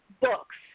books